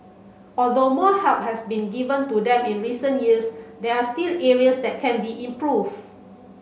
although more help has been given to them in recent years there are still areas that can be improved